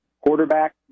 Quarterback